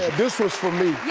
this was for me.